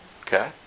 Okay